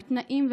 עם תנאים,